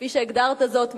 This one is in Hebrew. כפי שהגדרת זאת,